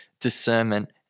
Discernment